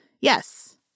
yes